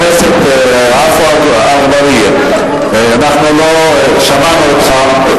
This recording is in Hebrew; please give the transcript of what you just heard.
חבר הכנסת עפו אגבאריה, שמענו אותך.